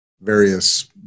various